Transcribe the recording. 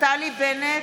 נפתלי בנט,